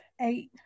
eight